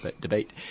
debate